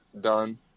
done